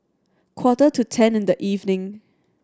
quarter to ten in the evening